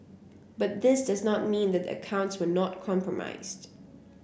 but this does not mean that the accounts were not compromised